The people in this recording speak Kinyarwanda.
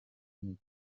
kwijana